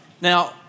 Now